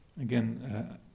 Again